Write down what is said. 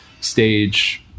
stage